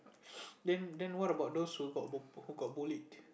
then then what about those who got who got bullied